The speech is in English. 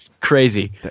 crazy